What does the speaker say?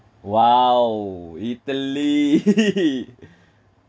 !wow! italy